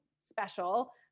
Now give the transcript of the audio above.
special